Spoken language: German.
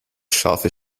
scharfe